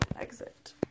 exit